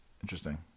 interesting